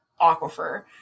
aquifer